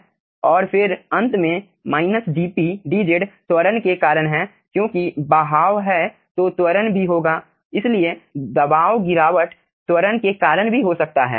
और फिर अंत में dpdz त्वरण के कारण है क्योंकि बहाव है तो त्वरण भी होगा इसलिए दबाव गिरावट त्वरण के कारण भी हो सकता है